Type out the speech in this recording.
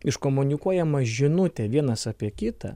iškomunikuojama žinutė vienas apie kitą